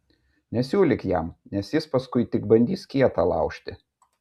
nesiūlyk jam nes jis paskui tik bandys kietą laužti